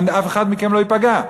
ואף אחד מכם לא ייפגע.